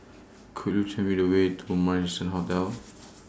Could YOU Tell Me The Way to Marrison Hotel